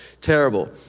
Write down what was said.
terrible